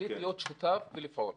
החליט להיות שותף ולפעול.